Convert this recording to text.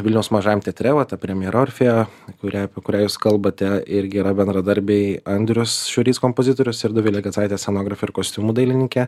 vilniaus mažajam teatre va ta premjera orfėjo kurią apie kurią jūs kalbate irgi yra bendradarbiai andrius šiurys kompozitorius ir dovilė gecaitė scenografė ir kostiumų dailininkė